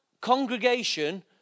congregation